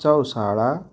Chausala